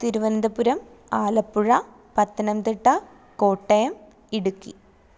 Thiruvananthapuram Alappuzha Pathanamthitta Kottayam Idukki